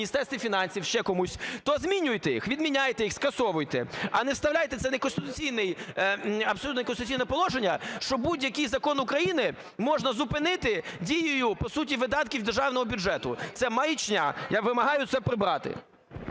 Міністерстві фінансів, ще комусь, то змінюйте їх, відміняйте їх, скасовуйте, а не вставляйте абсолютно неконституційне положення, що будь-який закон України можна зупинити дією по суті видатків державного бюджету. Це маячня. Я вимагаю це прибрати.